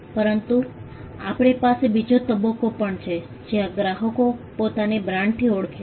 પરંતુ આપણી પાસે બીજો તબક્કો પણ છે જ્યાં ગ્રાહકો પોતાને બ્રાન્ડથી ઓળખે છે